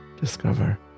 discover